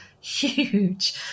huge